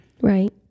Right